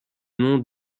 nom